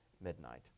midnight